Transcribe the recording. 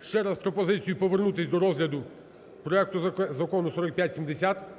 ще раз пропозицію повернутись до розгляду проекту Закону 4570.